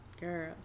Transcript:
Girl